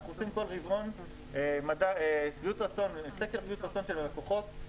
כל רבעון אנחנו עורכים סקר שביעות רצון של הלקוחות,